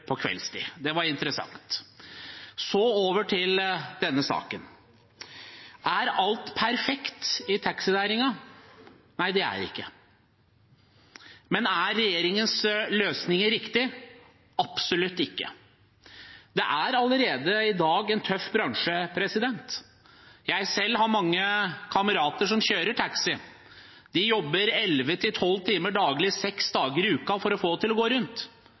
på kveldstid. Det var interessant. Så over til denne saken: Er alt perfekt i taxinæringen? Nei, det er det ikke. Men er regjeringens løsninger riktige? Absolutt ikke. Det er allerede i dag en tøff bransje. Jeg selv har mange kamerater som kjører taxi. De jobber elleve–tolv timer daglig, seks dager i uken, for å få det til å gå rundt.